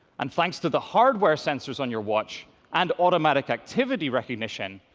and thanks to the hardware sensors on your watch and automatic activity recognition,